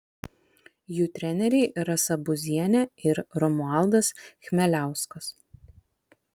jų treneriai rasa buzienė ir romualdas chmeliauskas